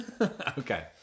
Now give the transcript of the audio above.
okay